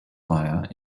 fire